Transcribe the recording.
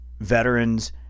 veterans